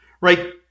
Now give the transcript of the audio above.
Right